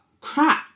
crap